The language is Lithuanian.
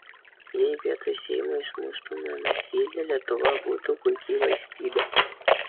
jei vietoj seimo išmuštumėme skylę lietuva būtų puiki valstybė